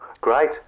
great